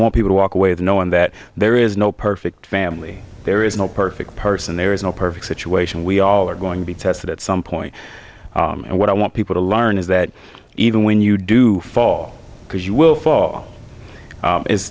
want people to walk away the knowing that there is no perfect family there is no perfect person there is no perfect situation we all are going to be tested at some point and what i want people to learn is that even when you do fall because you will fall it's